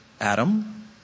Adam